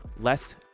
less